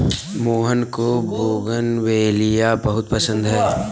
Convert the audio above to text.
मोहन को बोगनवेलिया बहुत पसंद है